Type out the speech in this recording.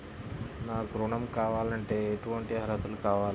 నాకు ఋణం కావాలంటే ఏటువంటి అర్హతలు కావాలి?